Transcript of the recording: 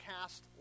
cast